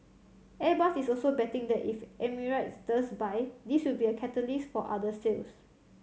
Airbus is also betting that if Emirates does buy this will be a catalyst for other sales